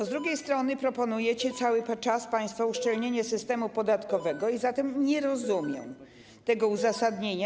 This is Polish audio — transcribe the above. Z drugiej strony proponujecie państwo cały czas uszczelnienie systemu podatkowego, zatem nie rozumiem tego uzasadnienia.